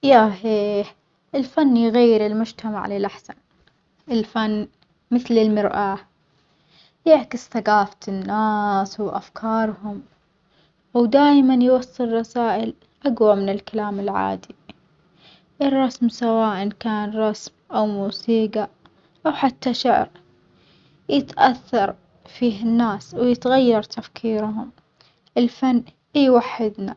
الحياة الزينة هي اللي تكون مرتاح فيها من كل صوب، يعني شغل زوين علاجات طيبة مع الأهل والناس، ووجت حج نفسك عشان ترتاح وتسوي الأشياء اللي تحبها، مو شرط تكون غني أو عندك كل شي، المهم إنك تكون جانعٍ وراظي باللي عندك.